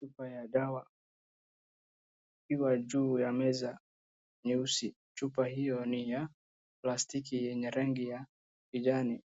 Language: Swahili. Chupa ya dawa ikiwa juu ya meza nyeusi, chupa hio ni ya plastiki yenye rangi ya kijani